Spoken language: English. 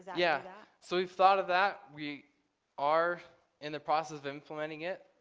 yeah yeah. so we've thought of that we are in the process of implementing it.